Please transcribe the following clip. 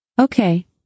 Okay